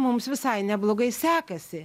mums visai neblogai sekasi